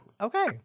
Okay